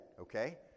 Okay